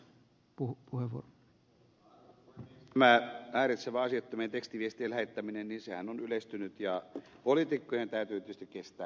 tämä häiritsevien ja asiattomien tekstiviestien lähettäminenhän on yleistynyt ja poliitikkojen täytyy tietysti kestää kaikenlaista